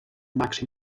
màxim